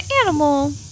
animal